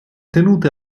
tenute